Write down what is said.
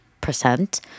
percent